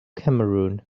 cameroon